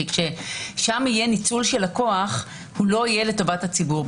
כי כששם יהיה ניצול הוא לא יהיה לטובת הציבור.